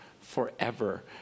forever